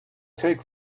take